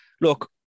look